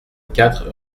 quatre